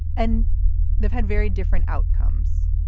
and they've had very different outcomes.